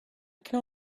can